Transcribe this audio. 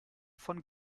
von